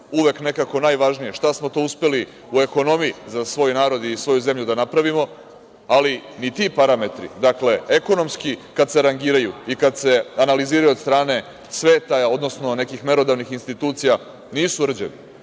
uvek nekako najvažnije šta smo to uspeli u ekonomiji za svoj narod i svoju zemlju da napravimo. Ali, ni ti parametri, ekonomski, kad se rangiraju i kad se analiziraju od strane sveta, odnosno nekih merodavnih institucija, nisu rđavi.